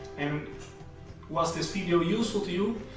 and was the video useful to you,